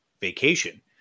vacation